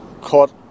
caught